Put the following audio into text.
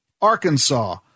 Arkansas